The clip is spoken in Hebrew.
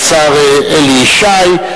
השר אלי ישי,